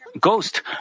ghost